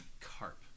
Carp